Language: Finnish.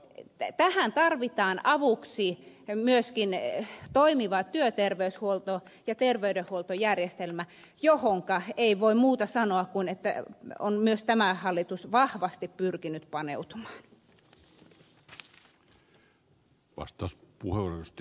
tähän tarvitaan avuksi myöskin toimiva työterveyshuolto ja terveydenhuoltojärjestelmä johonka ei voi muuta sanoa myös tämä hallitus on vahvasti pyrkinyt paneutumaan